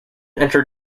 entered